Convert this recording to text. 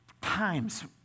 times